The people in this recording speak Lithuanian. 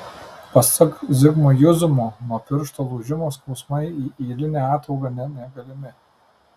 pasak zigmo juzumo nuo piršto lūžimo skausmai į ylinę ataugą negalimi